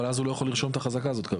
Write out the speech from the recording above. אבל אז הוא לא יכול לרשום את החזקה הזאת.